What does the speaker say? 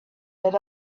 that